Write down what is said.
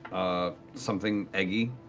something eggy.